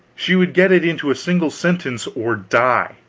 she would get it into a single sentence or die.